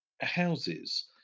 houses